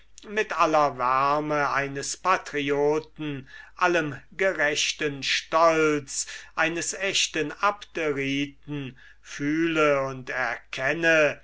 mit aller wärme eines patrioten allem gerechten stolz eines echten abderiten fühle und erkenne